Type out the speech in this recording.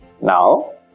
Now